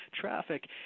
traffic